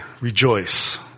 rejoice